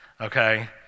okay